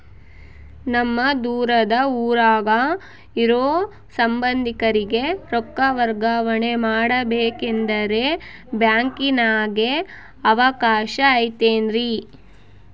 ನಮ್ಮ ದೂರದ ಊರಾಗ ಇರೋ ಸಂಬಂಧಿಕರಿಗೆ ರೊಕ್ಕ ವರ್ಗಾವಣೆ ಮಾಡಬೇಕೆಂದರೆ ಬ್ಯಾಂಕಿನಾಗೆ ಅವಕಾಶ ಐತೇನ್ರಿ?